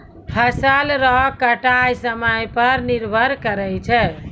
फसल रो कटाय समय पर निर्भर करै छै